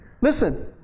listen